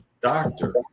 doctor